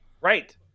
right